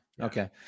Okay